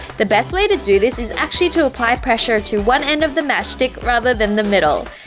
the best way to do this is actually to apply pressure to one end of the matchstick, rather than the middle,